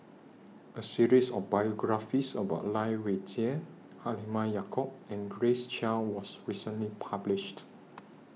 A series of biographies about Lai Weijie Halimah Yacob and Grace Chia was recently published